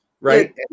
right